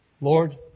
Lord